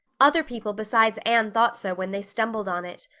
other people besides anne thought so when they stumbled on it.